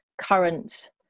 current